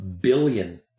billion